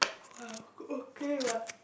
okay what